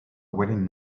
wedding